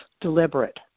deliberate